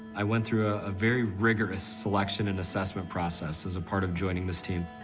i went through ah a very rigorous selection and assessment process as a part of joining this team.